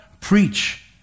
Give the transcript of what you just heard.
preach